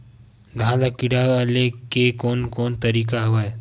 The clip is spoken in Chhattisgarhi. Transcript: धान ल कीड़ा ले के कोन कोन तरीका हवय?